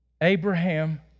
Abraham